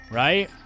right